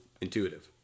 intuitive